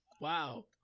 wow